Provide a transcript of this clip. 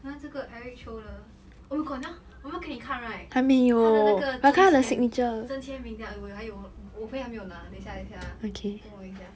那这个 eric chou 的 oh my god ah 我们没有给你看 right 他的那个真签真签名 then 还有我回还没有拿等一下等我一下啊等一下